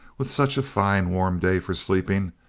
with such a fine warm day for sleeping.